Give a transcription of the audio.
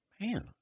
Man